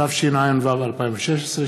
התשע"ו 2016,